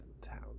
towns